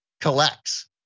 collects